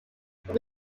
would